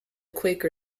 quaker